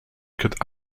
could